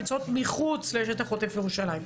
הנמצאות מחוץ לשטח עוטף ירושלים.